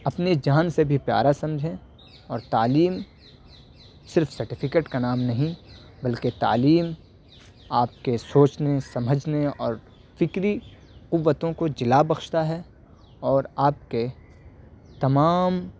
اپنے جان سے بھی پیارا سمجھیں اور تعلیم صرف سرٹیفکیٹ کا نام نہیں بلکہ تعلیم آپ کے سوچنے سمجھنے اور فکری قوتوں کو جِلا بخشتا ہے اور آپ کے تمام